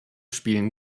spielen